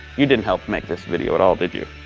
you didn't help make this video at all, did you?